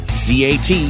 cat